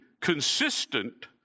consistent